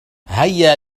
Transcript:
هيا